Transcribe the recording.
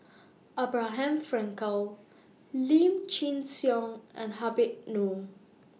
Abraham Frankel Lim Chin Siong and Habib Noh